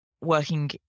working